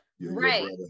Right